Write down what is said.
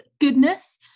goodness